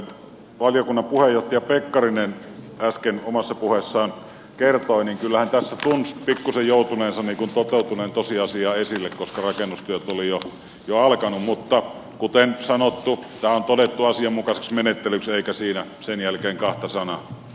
kuten valiokunnan puheenjohtaja pekkarinen äsken omassa puheessaan kertoi niin kyllähän tässä tunsi pikkuisen joutuneensa niin kuin toteutuneen tosiasian eteen koska rakennustyöt olivat jo alkaneet mutta kuten sanottu tämä on todettu asianmukaiseksi menettelyksi eikä siinä sen jälkeen kahta sanaa